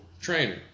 trainer